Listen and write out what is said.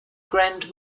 grand